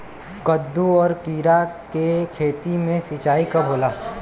कदु और किरा के खेती में सिंचाई कब होला?